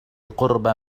قرب